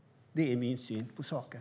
Det är min syn på saken.